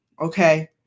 Okay